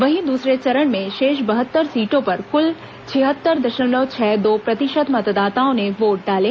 वहीं दूसरे चरण के शेष बहत्तर सीटों पर कुल छिहत्तर दशमलव छह दो प्रतिशत मतदाताओं ने वोट डाले